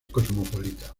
cosmopolita